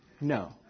No